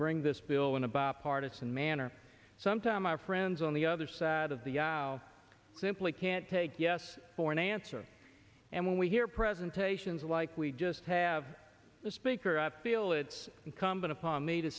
bring this bill in a bipartisan manner sometime our friends on the other side of the aisle simply can't take yes for an answer and when we hear presentations like we just have the speaker up feel it's incumbent upon me to